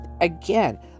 again